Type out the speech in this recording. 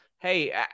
Hey